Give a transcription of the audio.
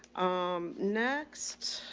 um, next